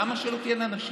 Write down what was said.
למה שלא תהיינה נשים?